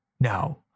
Now